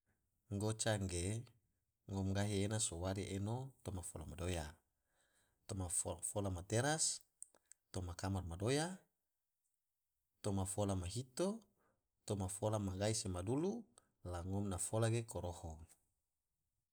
Goca ge ngom gahi ena so wari eno toma fola madoya, toma fola ma teras, toma kamar madoya, toma fola ma hito, toma fola ma gai se ma dulu, la ngom na fola ge koroho.